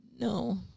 No